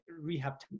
rehab